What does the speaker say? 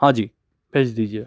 हाँ जी भेज दीजिए